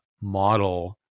model